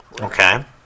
Okay